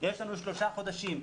יש לנו שלושה חודשים,